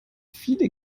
viele